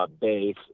base